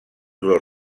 dos